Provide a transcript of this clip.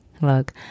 Look